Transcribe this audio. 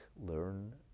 learn